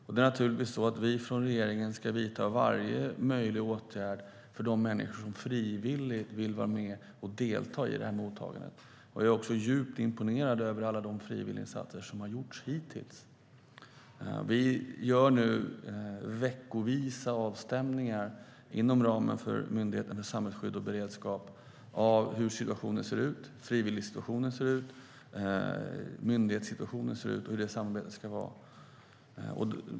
Vi ska från regeringens sida naturligtvis vidta varje möjlig åtgärd för de människor som frivilligt vill vara med och delta i mottagandet. Jag är djupt imponerad av alla de frivilliginsatser som har gjorts hittills. Vi gör nu veckovisa avstämningar inom ramen för Myndigheten för samhällsskydd och beredskap när det gäller hur frivilligsituationen ser ut, hur myndighetssituationen ser ut och hur samarbetet ska se ut.